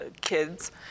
kids